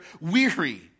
weary